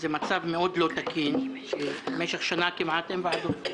זה מצב מאוד לא תקין שבמשך שנה כמעט אין ועדות.